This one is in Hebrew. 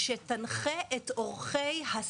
ייעשה